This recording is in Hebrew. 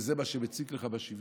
וזה מה שמציק לך בשוויון.